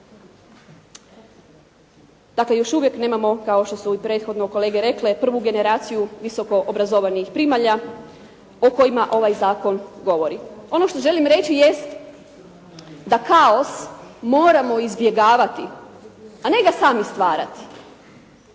Dakle još uvijek nemamo, kao što su i prethodno kolege rekle, prvu generaciju visoko obrazovanih primalja o kojima ovaj zakon govori. Ono što želim reći jest da kaos moramo izbjegavati, a ne ga sami stvarati.